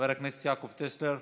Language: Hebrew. חבר הכנסת יעקב טסלר,